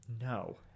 No